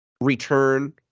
return